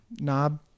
knob